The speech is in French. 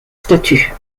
statue